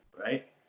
Right